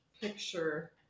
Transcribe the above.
picture